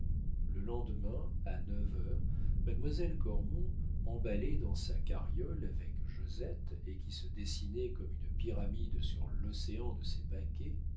le lendemain à neuf heures mademoiselle cormon emballée dans sa carriole avec josette et qui se dessinait comme une pyramide sur l'océan de ses paquets